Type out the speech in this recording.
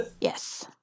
Yes